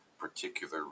particular